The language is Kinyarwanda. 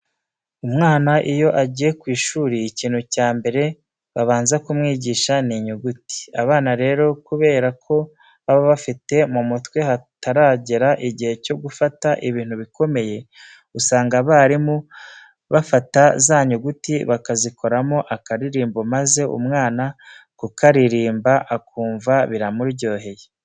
Umwana iyo agiye ku ishuri ikintu cya mbere babanza kumwigisha ni inyuguti. Abana rero kubera ko baba bafite mu mutwe hataragera igihe cyo gufata ibintu bikomeye, usanga abarimu bafata za nyuguti bakazikoramo akaririmbo maze umwana kukaririmba akumva biramuryoheye.